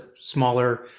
smaller